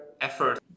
effort